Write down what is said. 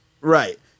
Right